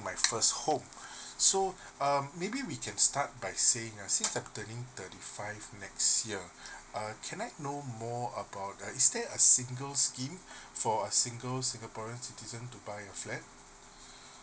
my first home so um maybe we can start by saying uh since I'm turning thirty five next year uh can I know more about uh is there a single scheme for a single singaporean citizen to buy a flat